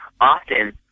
often